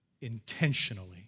intentionally